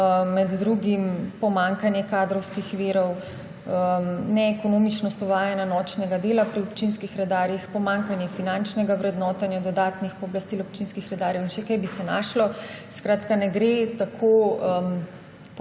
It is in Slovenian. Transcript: med drugim pomanjkanje kadrovskih virov, neekonomičnost uvajanja nočnega dela pri občinskih redarjih, pomanjkanje finančnega vrednotenja dodatnih pooblastil občinskih redarjev in še kaj bi se našlo. Skratka, ne gre tako